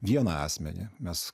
vieną asmenį mes